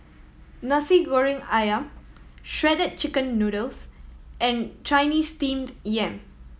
Nasi Goreng Ayam Shredded Chicken Noodles and Chinese Steamed Yam